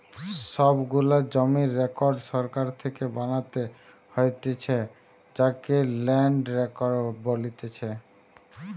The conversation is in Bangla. সব গুলা জমির রেকর্ড সরকার থেকে বানাতে হতিছে যাকে ল্যান্ড রেকর্ড বলতিছে